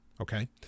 Okay